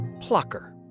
Plucker